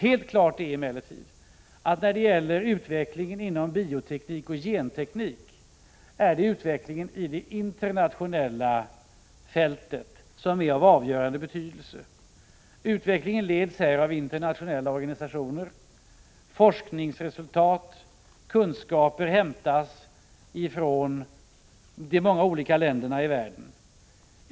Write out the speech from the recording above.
Helt klart är emellertid att när det gäller bioteknik och genteknik är det utvecklingen på det internationella fältet som är av avgörande betydelse. Utvecklingen leds här av internationella organisationer. Forskningsresultat och kunskap hämtas från de många olika länderna i världen.